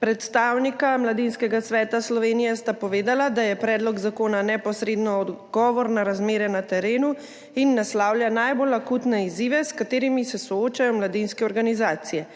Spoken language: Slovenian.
Predstavnika Mladinskega sveta Slovenije sta povedala, da je predlog zakona neposredno odgovor na razmere na terenu in naslavlja najbolj akutne izzive, s katerimi se soočajo mladinske organizacije.